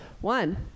one